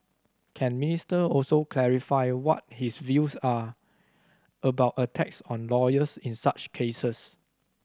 can Minister also clarify what his views are about attacks on lawyers in such cases